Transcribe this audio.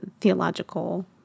theological